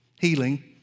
healing